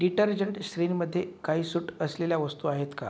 detergent श्रेणीमध्ये काही सूट असलेल्या वस्तू आहेत का